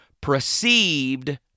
perceived